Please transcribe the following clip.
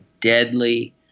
deadly